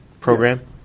program